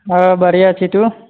हँ बढ़िआँ छी तू